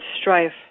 strife